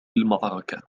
المعركة